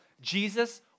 Jesus